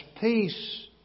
peace